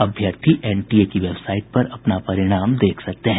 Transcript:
अभ्यर्थी एनटीए की वेबसाईट पर अपना परिणाम देख सकते हैं